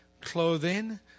clothing